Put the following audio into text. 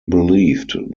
believed